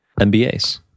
MBAs